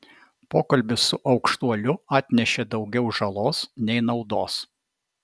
pokalbis su aukštuoliu atnešė daugiau žalos nei naudos